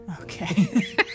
Okay